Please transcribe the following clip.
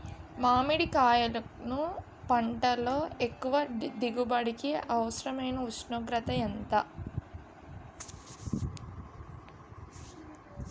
మామిడికాయలును పంటలో ఎక్కువ దిగుబడికి అవసరమైన ఉష్ణోగ్రత ఎంత?